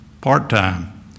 part-time